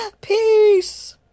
Peace